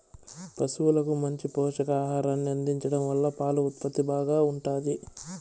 పసువులకు మంచి పోషకాహారాన్ని అందించడం వల్ల పాల ఉత్పత్తి బాగా ఉంటాది